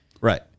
right